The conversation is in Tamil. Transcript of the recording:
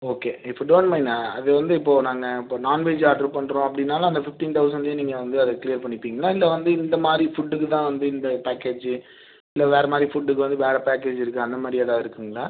okay if you don't mind அது வந்து இப்போது நாங்கள் இப்போது நாண்வெஜ் ஆட்ரு பண்ணுறோம் அப்படின்னாலும் அந்த ஃபிஃப்டின் தௌசண்ட்லேயே நீங்கள் வந்து அதை க்ளியர் பண்ணிப்பீங்களா இல்லை வந்து இந்த மாதிரி ஃபுட்டுக்கு தான் வந்து இந்த பேக்கேஜு இல்லை வேறு மாதிரி ஃபுட்டுக்கு வந்து வேறு பேக்கேஜு இருக்குது அந்த மாதிரி ஏதாவது இருக்குதுங்களா